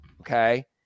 Okay